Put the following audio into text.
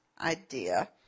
idea